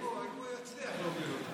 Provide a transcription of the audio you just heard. אם הוא יצליח להוביל אותו.